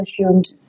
assumed